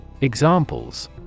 Examples